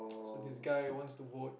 so this guy wants to vote